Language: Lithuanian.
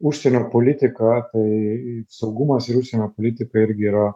užsienio politika tai saugumas ir užsienio politika irgi yra